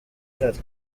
ihari